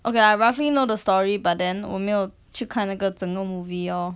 okay I roughly know the story but then 我没有去看那个整个 movie orh